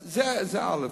א.